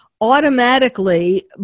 automatically